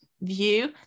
view